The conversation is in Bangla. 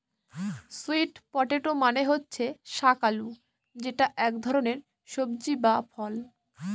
স্যুইট পটেটো মানে হচ্ছে শাক আলু যেটা এক ধরনের সবজি বা ফল